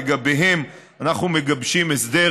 לגביהם אנחנו מגבשים הסדר